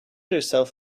herself